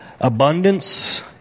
abundance